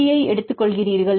பிஐடியை எடுத்துக்கொள்கிறீர்கள்